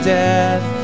death